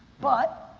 but,